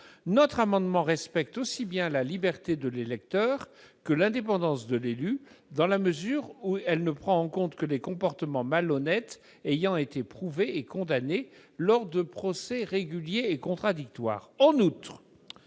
notre amendement tend à respecter aussi bien la liberté de l'électeur que l'indépendance de l'élu, dans la mesure où il ne vise que des comportements malhonnêtes ayant été prouvés et condamnés lors de procès réguliers et contradictoires. En outre,